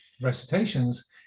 recitations